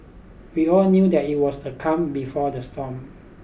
we all knew that it was the calm before the storm